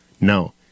No